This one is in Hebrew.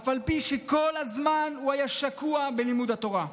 אף על פי שכל הזמן הוא היה שקוע בלימוד התורה.